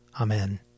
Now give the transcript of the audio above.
Amen